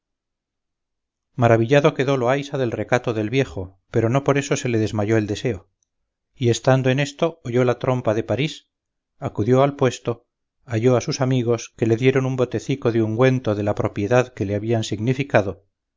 maravillado quedó loaysa del recato del viejo pero no por esto se le desmayó el deseo y estando en esto oyó la trompa de parís acudió al puesto halló a sus amigos que le dieron un botecico de ungüento de la propiedad que le habían significado